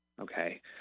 Okay